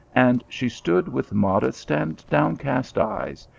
and she stood with modest and downcast eyes,